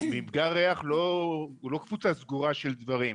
מפגע הריח הוא לא קבוצה סגורה של דברים,